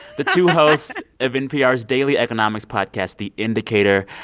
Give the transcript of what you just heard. the two hosts of npr's daily economics podcast the indicator.